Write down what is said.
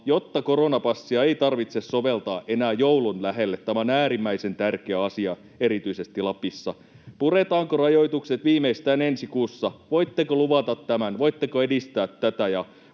jotta koronapassia ei tarvitse soveltaa enää joulun lähellä? Tämä on äärimmäisen tärkeä asia erityisesti Lapissa. Puretaanko rajoitukset viimeistään ensi kuussa? Voitteko luvata tämän? Voitteko edistää tätä?